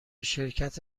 شرکت